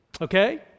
Okay